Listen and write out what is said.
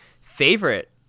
favorite